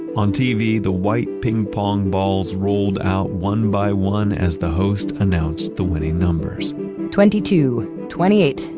on tv, the white ping pong balls rolled out one by one as the host announced the winning numbers twenty two, twenty eight,